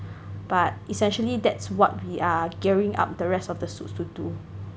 but essentially that's what we are gearing up the rest of the suits to do